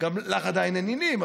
לך עדיין אין נינים,